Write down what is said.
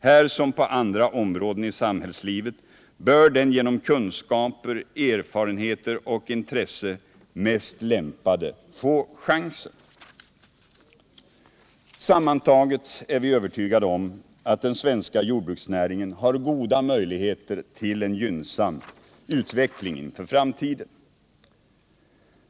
Här som på andra områden i samhällslivet bör den genom kunskaper, erfarenheter och intresse mest lämpade få chansen. Sammantaget är vi övertygade om att den svenska jordbruksnäringen har goda möjligheter till en gynnsam utveckling i framtiden.